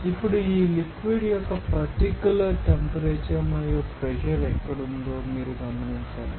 ఇప్పుడు ఈ లిక్విడ్ యొక్క పర్టికులర్ టెంపరేచర్ మరియు ప్రెషర్ ఎక్కడ ఉందో మీరు గమనించాలి